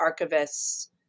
archivists